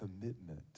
commitment